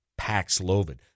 Paxlovid